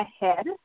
ahead